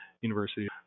University